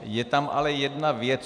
Je tam ale jedna věc.